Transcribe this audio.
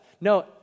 no